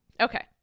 Okay